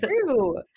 true